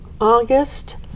August